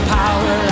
power